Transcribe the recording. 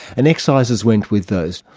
and excises went with those.